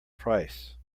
price